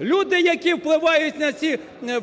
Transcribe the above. Люди, які впливають на ці